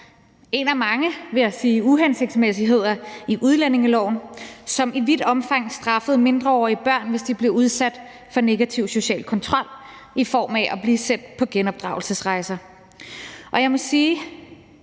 en af mange, vil jeg sige, uhensigtsmæssigheder i udlændingeloven i vidt omfang straffede mindreårige børn, hvis de blev udsat for negativ social kontrol i form af at blive sendt på genopdragelsesrejser. Jeg må sige,